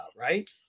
right